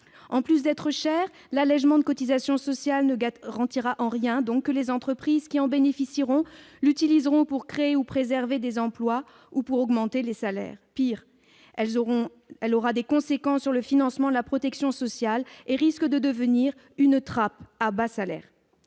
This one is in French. En plus d'être coûteux, l'allégement de cotisations sociales ne garantira en rien que les entreprises bénéficiaires l'utiliseront pour créer ou préserver des emplois ou pour augmenter les salaires. Pis, cette mesure aura des conséquences sur le financement de la protection sociale et risque de devenir une trappe à bas salaires.